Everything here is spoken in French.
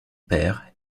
père